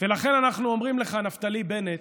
ולכן אנחנו אומרים לך, נפתלי בנט: